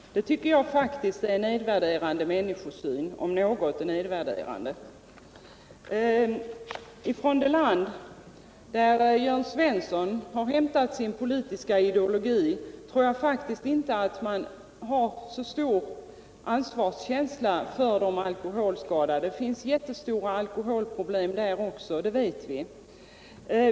Det tycker jag faktiskt är en nedvärderande människosyn, om något är nedvärderande. I det land som Jörn Svensson har hämtat sin politiska ideologi från tror jag faktiskt inte att man har så stor ansvarskänsla för de alkoholskadade. Det finns jättestora alkoholproblem där också. Det vet vi.